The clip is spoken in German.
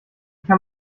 kann